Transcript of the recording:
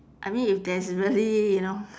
I mean if there's really you know